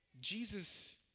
Jesus